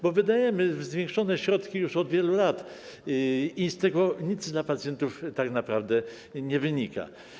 Bo wydajemy zwiększone środki już od wielu lat i z tego nic dla pacjentów tak naprawdę nie wynika.